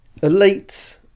elites